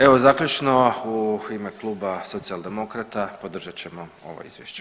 Evo zaključno u ime kluba Socijaldemokrata podržat ćemo ova izvješća.